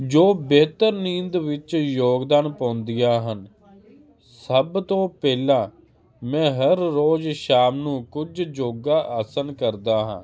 ਜੋ ਬੇਹਤਰ ਨੀਂਦ ਵਿੱਚ ਯੋਗਦਾਨ ਪਾਉਂਦੀਆਂ ਹਨ ਸਭ ਤੋਂ ਪਹਿਲਾਂ ਮੈਂ ਹਰ ਰੋਜ਼ ਸ਼ਾਮ ਨੂੰ ਕੁਝ ਜੋਗਾ ਆਸਨ ਕਰਦਾ ਹਾਂ